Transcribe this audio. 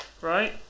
right